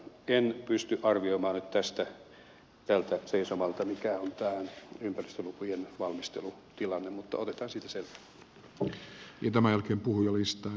en pysty arvioimaan nyt tältä seisomalta mikä on ympäristölukujen valmistelutilanne mutta otetaan siitä selvää